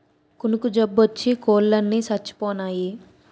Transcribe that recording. కునుకు జబ్బోచ్చి కోలన్ని సచ్చిపోనాయి